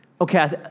okay